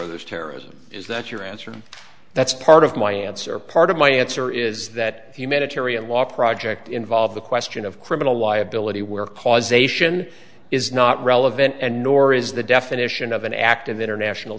this terrorism is that your answer and that's part of my answer part of my answer is that humanitarian law project involve the question of criminal liability where causation is not relevant and nor is the definition of an act of international